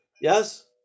yes